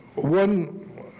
One